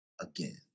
again